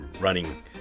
running